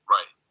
Right